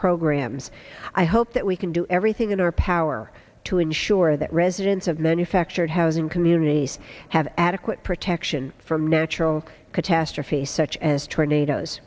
programs i hope that we can do everything in our power to ensure that residents of manufactured housing communities have adequate protection from natural catastrophes such as tornadoes